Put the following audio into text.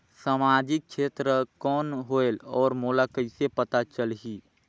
समाजिक क्षेत्र कौन होएल? और मोला कइसे पता चलही?